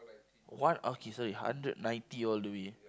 one okay so is hundred ninety all the way